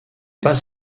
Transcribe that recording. pas